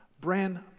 brand